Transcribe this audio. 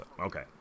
Okay